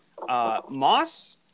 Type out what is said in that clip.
Moss